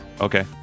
Okay